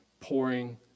pouring